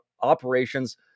operations